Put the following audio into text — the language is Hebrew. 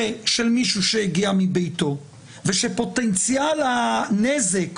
של מישהו שהגיע מביתו ושפוטנציאל הנזק,